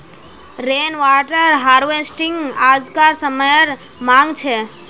rain water harvesting आज्कार समयेर मांग छे